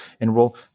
enroll